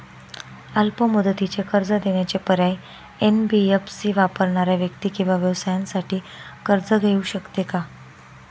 अल्प मुदतीचे कर्ज देण्याचे पर्याय, एन.बी.एफ.सी वापरणाऱ्या व्यक्ती किंवा व्यवसायांसाठी कर्ज घेऊ शकते का?